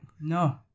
no